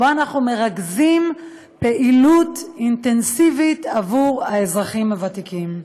ואנחנו מרכזים בו פעילות אינטנסיבית עבור האזרחים הוותיקים.